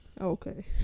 Okay